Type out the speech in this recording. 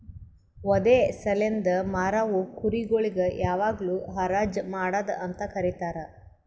ವಧೆ ಸಲೆಂದ್ ಮಾರವು ಕುರಿ ಗೊಳಿಗ್ ಯಾವಾಗ್ಲೂ ಹರಾಜ್ ಮಾಡದ್ ಅಂತ ಕರೀತಾರ